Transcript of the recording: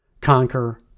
conquer